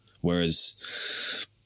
Whereas